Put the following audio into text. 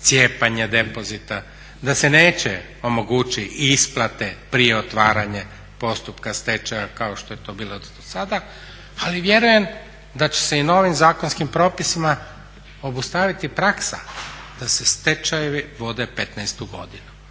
cijepanje depozita, da se neće omogućiti i isplate prije otvaranja postupka stečaja kao što je to bilo do sada, ali vjerujem ad će se i novim zakonskim propisima obustaviti praksa da se stečajevi vode petnaestu godinu.